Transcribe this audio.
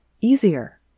easier